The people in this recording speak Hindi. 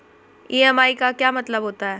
ई.एम.आई का क्या मतलब होता है?